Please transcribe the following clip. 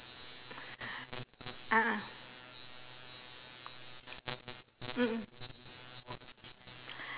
a'ah mm mm